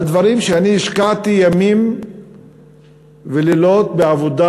על דברים שהשקעתי ימים ולילות בעבודה,